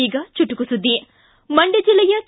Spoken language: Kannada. ಈಗ ಚುಟುಕು ಸುದ್ದಿ ಮಂಡ್ಯ ಜಿಲ್ಲೆಯ ಕೆ